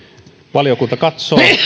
valiokunta katsoo että